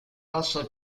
also